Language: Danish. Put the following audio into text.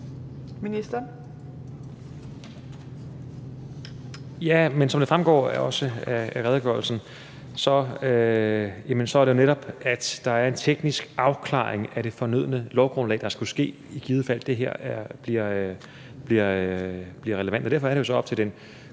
Heunicke): Jamen som det også fremgår af redegørelsen, er det jo netop sådan, at der er en teknisk afklaring af det fornødne lovgrundlag, der skulle ske, i fald det her bliver relevant. Og derfor er det jo så op til den